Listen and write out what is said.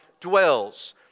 dwells